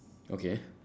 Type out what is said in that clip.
okay